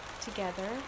together